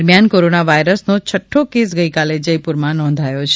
દરમિયાન કોરોના વાઇરસનો છઠ્ઠો કેસ ગઇકાલે જયપુરમાં નોંધાયો છે